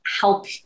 help